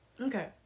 Okay